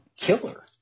killer